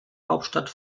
hauptstadt